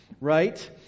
right